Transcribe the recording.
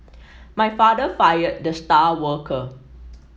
my father fired the star worker